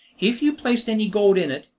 if you placed any gold in it,